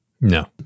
No